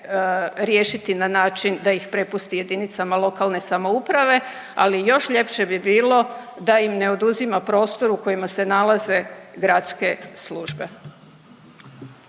riješiti na način da ih prepusti jedinicama lokalne samouprave ali još ljepše bi bilo da im ne oduzima prostor u kojima se nalaze gradske službe.